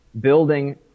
building